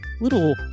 little